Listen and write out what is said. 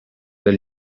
del